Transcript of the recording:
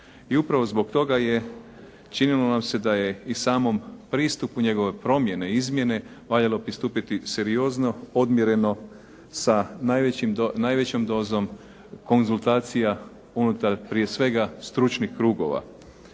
i upravo zbog toga je, činilo nam se da je i samom pristupu njegove promjene, izmjene valjalo pristupiti seriozno, odmjereno sa najvećom dozom konzultacija unutar prije svega stručnih krugova.